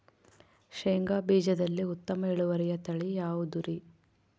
ಶೇಂಗಾ ಬೇಜದಲ್ಲಿ ಉತ್ತಮ ಇಳುವರಿಯ ತಳಿ ಯಾವುದುರಿ?